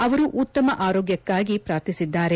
ಅವರು ಉತ್ತಮ ಆರೋಗ್ಡಕ್ಕಾಗಿ ಪ್ರಾರ್ಥಿಸಿದ್ದಾರೆ